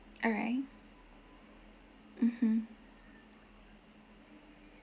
alright mmhmm